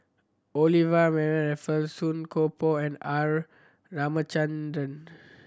Olivia Mariamne Raffles Song Koon Poh and R Ramachandran